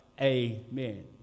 amen